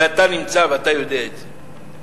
ואתה נמצא ואתה יודע את זה.